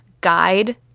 guide